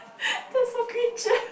there's a creature